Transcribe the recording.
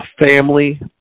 family